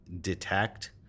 detect